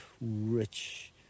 rich